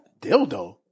dildo